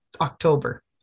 October